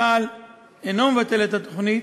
צה"ל אינו מבטל את הפרויקט,